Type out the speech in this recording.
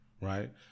right